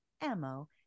ammo